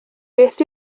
beth